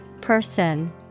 Person